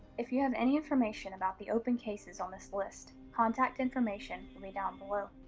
if you have any information about the open cases on this list, contact information will be down below.